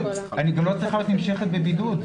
גם לא צריכה להיות עבירה נמשכת לגבי הפרת בידוד.